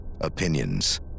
opinions